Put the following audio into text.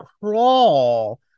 crawl